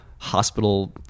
Hospital